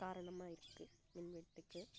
காரணமாக இருக்கு மின்வெட்டுக்கு